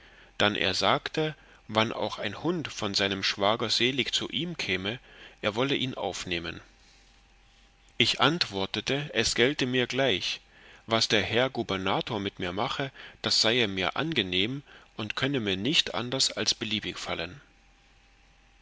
dann er sagte wann auch ein hund von seinem schwager sel zu ihm käme so wolle er ihn aufnehmen ich antwortete es gelte mir gleich was der herr gubernator mit mir mache das seie mir angenehm und könne mir nicht anders als beliebig fallen